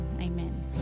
Amen